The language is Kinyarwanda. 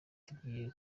tugiye